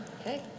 Okay